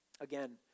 again